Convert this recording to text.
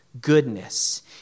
goodness